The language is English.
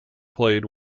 played